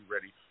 ready